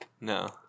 No